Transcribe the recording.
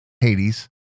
Hades